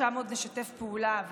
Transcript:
שם עוד נשתף פעולה.